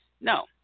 No